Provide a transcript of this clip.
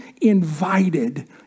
invited